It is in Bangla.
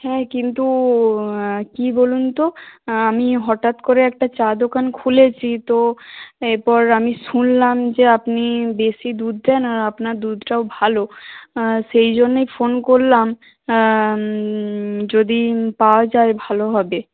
হ্যাঁ কিন্তু কী বলুন তো আমি হঠাৎ করে একটা চা দোকান খুলেছি তো এরপর আমি শুনলাম যে আপনি দেশি দুধ দেন আর আপনার দুধটাও ভালো সেই জন্যেই ফোন করলাম যদি পাওয়া যায় ভালো হবে